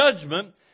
judgment